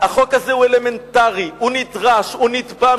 החוק הזה הוא אלמנטרי, הוא נדרש והוא נתבע מאתנו.